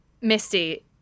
Misty